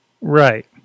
Right